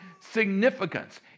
significance